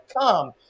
come